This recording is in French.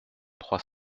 trois